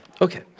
okay